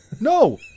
no